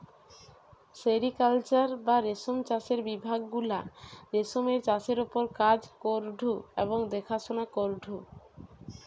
sericulture বা রেশম চাষের বিভাগ গুলা রেশমের চাষের ওপর কাজ করঢু এবং দেখাশোনা করঢু